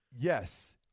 Yes